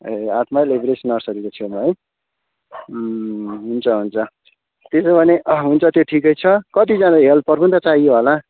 ए हाटमा लेब्रेज नर्सरीको छेउमा है हुन्छ हुन्छ त्यसो भने हुन्छ त्यो ठिकै छ कतिजना हेल्पर पनि चाहियो होला